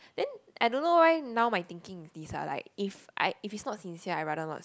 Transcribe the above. then I don't know why now my thinking is this lah like if I if is not sincere I rather not